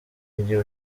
igihe